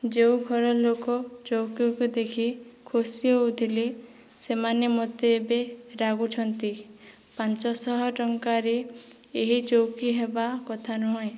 ଯେଉଁ ଘର ଲୋକ ଚୌକିକୁ ଦେଖି ଖୁସି ହେଉଥିଲେ ସେମାନେ ମୋତେ ଏବେ ରାଗୁଛନ୍ତି ପାଞ୍ଚଶହ ଟଙ୍କାରେ ଏହି ଚୌକି ହେବା କଥା ନୁହେଁ